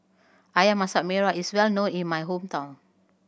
Ayam Masak Merah is well known in my hometown